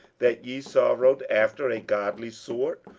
that ye sorrowed after a godly sort,